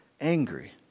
angry